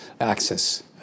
access